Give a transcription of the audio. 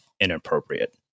inappropriate